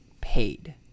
paid